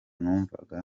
numvaga